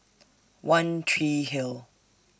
one Tree Hill